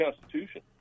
Constitution